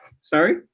Sorry